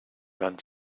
wand